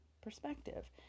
perspective